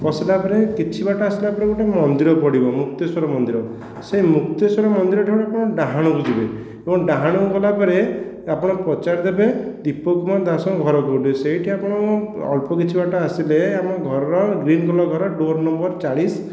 ପଶିଲା ପରେ କିଛି ବାଟ ଆସିଲା ପରେ ଗୋଟିଏ ମନ୍ଦିର ପଡ଼ିବ ମୁକ୍ତେଶ୍ଵର ମନ୍ଦିର ସେଇ ମୁକ୍ତେଶ୍ଵର ମନ୍ଦିର ଠାରେ ଗୋଟିଏ ଆପଣ ଡାହାଣକୁ ଯିବେ ଏବଂ ଡାହାଣକୁ ଗଲା ପରେ ଆପଣ ପଚାରି ଦେବେ ଦୀପକ କୁମାର ଦାସଙ୍କ ଘର କେଉଁଠି ସେଇଠି ଆପଣ ଅଳ୍ପ କିଚି ବାଟ ଆସିଲେ ଆମ ଘରର ଗ୍ରୀନ କଲର୍ ଘର ଡୋର ନମ୍ବର ଚାଳିଶ